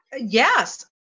Yes